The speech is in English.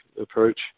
approach